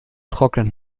trocknet